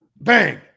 Bang